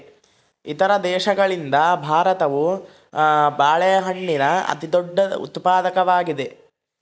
ಇತರ ದೇಶಗಳಿಗಿಂತ ಭಾರತವು ಬಾಳೆಹಣ್ಣಿನ ಅತಿದೊಡ್ಡ ಉತ್ಪಾದಕವಾಗಿದೆ